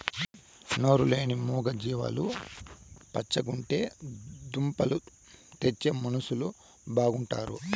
నోరు లేని మూగ జీవాలు పచ్చగుంటే దుంపలు తెచ్చే మనుషులు బాగుంటారు